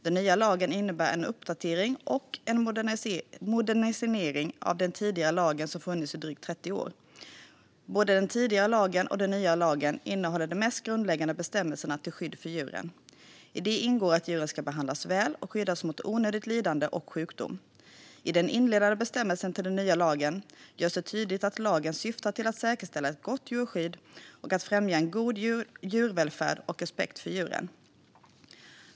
Den nya lagen innebär en uppdatering och modernisering av den tidigare lagen, som funnits i drygt 30 år. Både den tidigare lagen och den nya lagen innehåller de mest grundläggande bestämmelserna till skydd för djuren. I det ingår att djuren ska behandlas väl och skyddas mot onödigt lidande och sjukdom. I den inledande bestämmelsen till den nya lagen görs det tydligt att lagen syftar till att säkerställa ett gott djurskydd och att främja god djurvälfärd och respekt för djuren.